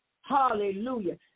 Hallelujah